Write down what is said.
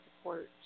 support